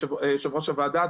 יושב-ראש הוועדה,